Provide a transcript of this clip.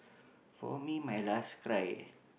for me my last cry